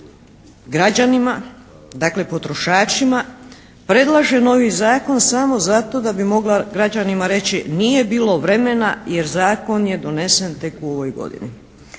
građanima, dakle potrošačima, predlaže novi zakon samo zato da bi mogla građanima reći nije bilo vremena jer zakon je donesen tek u ovoj godini.